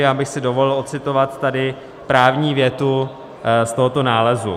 Já bych si dovolil ocitovat právní větu z tohoto nálezu.